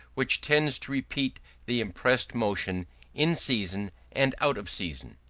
which tends to repeat the impressed motion in season and out of season.